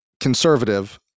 conservative